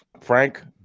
Frank